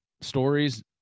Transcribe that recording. stories